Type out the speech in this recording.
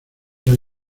hay